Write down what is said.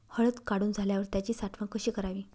हळद काढून झाल्यावर त्याची साठवण कशी करावी?